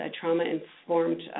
trauma-informed